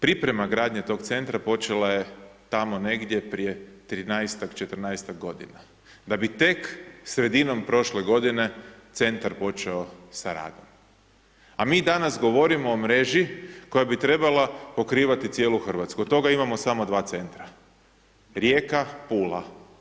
Priprema gradnje tog Centra počela je tamo negdje prije 13-tak, 14-tak godina, da bi tek sredinom prošle godine Centar počeo sa radom, a mi danas govorimo o mreži koja bi trebala pokrivati cijelu RH, od toga imamo samo dva Centra, Rijeka, Pula.